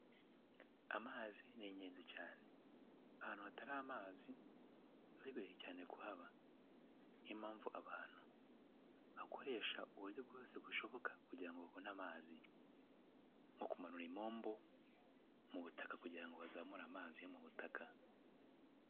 Amazi ni ingenzi cyane, ahantu hatari amazi biba bigoye cyane kuhaba. Niyo mpamvu abantu bakoresha uburyo bwose bushoboka kugira ngo babone amazi. Nko kumanura impombo mu butaka kugira ngo bazamure amazi yo mu butaka.